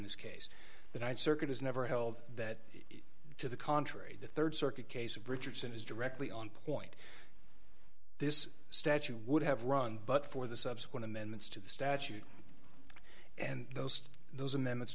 this case the th circuit has never held that to the contrary the rd circuit case of richardson is directly on point this statute would have run but for the subsequent amendments to the statute and those those amendments